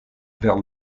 vers